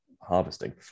harvesting